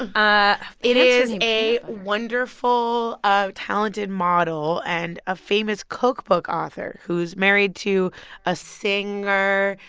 and ah it is a wonderful, ah talented model and a famous cookbook author who is married to a singer,